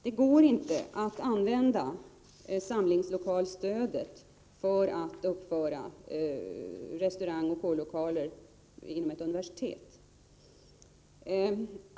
Det går inte att använda samlingslokalsstödet för att uppföra restaurangoch kårlokaler vid ett universitet.